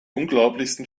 unglaublichsten